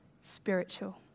spiritual